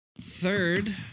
third